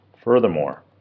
Furthermore